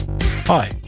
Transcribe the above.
Hi